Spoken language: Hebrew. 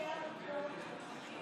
אבל אתם רעים וקשי לב.